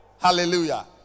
Hallelujah